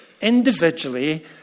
individually